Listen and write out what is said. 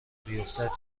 بیفتد